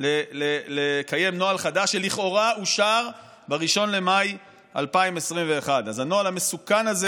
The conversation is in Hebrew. לקיים נוהל חדש שלכאורה אושר ב-1 במאי 2021. אז הנוהל המסוכן הזה